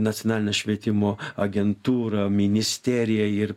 nacionaline švietimo agentūra ministerija ir